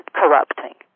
corrupting